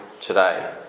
today